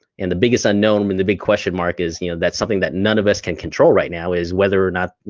and the biggest unknown and the big question mark is you know that's something that none of us can control right now is whether or not